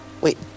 wait